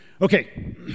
Okay